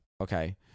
Okay